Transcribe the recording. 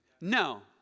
No